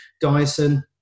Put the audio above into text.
dyson